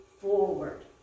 forward